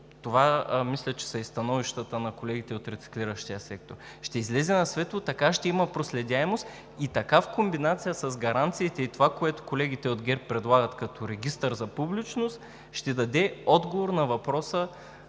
това мисля, че са и становищата на колегите от рециклиращия сектор. Така ще има проследяемост, а в комбинация с гаранциите и онова, което колегите от ГЕРБ предлагат като регистър за публичност, ще даде отговор на казуса